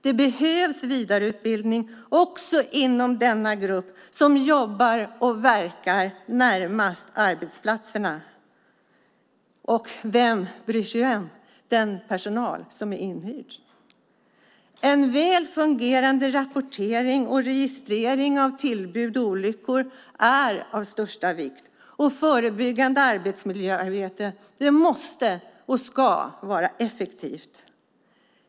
Det behövs vidareutbildning, också inom denna grupp, som jobbar och verkar närmast arbetsplatserna. Och vem bryr sig om den personal som är inhyrd? En väl fungerande rapportering och registrering av tillbud och olyckor är av största vikt, och förebyggande arbetsmiljöarbete måste och ska vara effektivt.